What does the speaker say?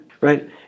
right